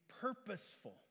purposeful